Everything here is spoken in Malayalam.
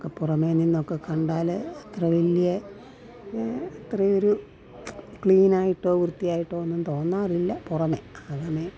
ഒക്കെ പുറമെ നിന്നൊക്കെ കണ്ടാൽ അത്ര വലിയ അത്രേയൊരു ക്ലീനായിട്ടോ വൃത്തിയായിട്ടൊന്നും തോന്നാറില്ല പുറമേ അകമേ